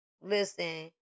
Listen